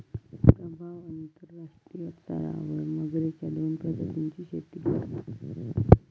प्रभाव अंतरराष्ट्रीय स्तरावर मगरेच्या दोन प्रजातींची शेती करतत